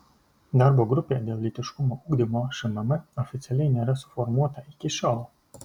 darbo grupė dėl lytiškumo ugdymo šmm oficialiai nėra suformuota iki šiol